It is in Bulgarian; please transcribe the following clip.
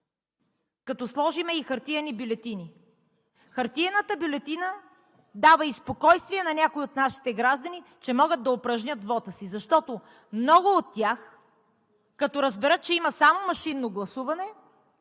като сложим и хартиени бюлетини. Хартиената бюлетина дава и спокойствие на някои от нашите граждани, че могат да упражнят вота си, защото много от тях, като разберат, че има само машинно гласуване,